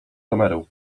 kamerę